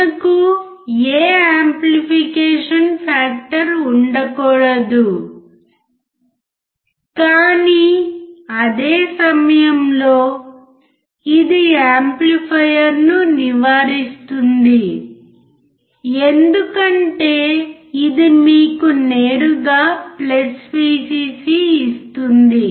మనకు ఏ amplification factor ఉండకూడదు కాని అదే సమయంలో ఇది యాంప్లిఫైయర్ను నివారిస్తుంది ఎందుకంటే ఇది మీకు నేరుగా Vcc ఇస్తుంది